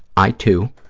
i, too,